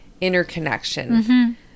interconnection